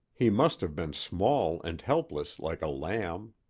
he must have been small and helpless like a lamb.